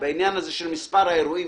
במספר האירועים,